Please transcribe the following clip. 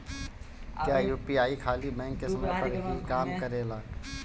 क्या यू.पी.आई खाली बैंक के समय पर ही काम करेला?